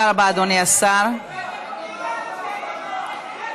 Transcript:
נגמרו הימים שמצביעים ימין ומקבלים שמאל.